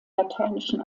lateinischen